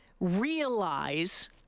realize